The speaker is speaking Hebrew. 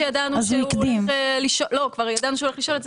מכיוון שידענו שהוא הולך לשאול את זה